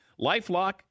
LifeLock